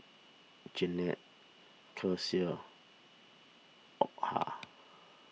Jeannette Kecia Opha